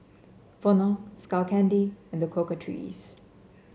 Vono Skull Candy and The Cocoa Trees